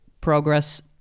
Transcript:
progress